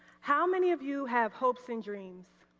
how many of you have hopes and dreams?